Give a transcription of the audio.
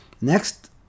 Next